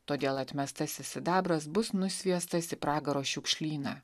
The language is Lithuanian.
todėl atmestasis sidabras bus nusviestas į pragaro šiukšlyną